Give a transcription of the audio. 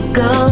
go